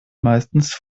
meistens